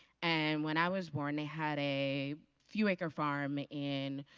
and when i was born, they had a few acre farm in